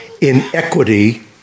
inequity